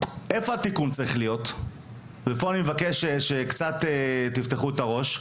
אני מבקש שתפתחו פה את הראש.